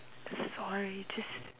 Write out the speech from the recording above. sorry just